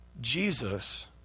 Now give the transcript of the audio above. Jesus